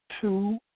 two